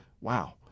Wow